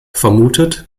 vermutet